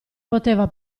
poteva